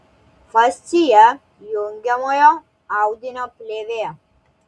fascija jungiamojo audinio plėvė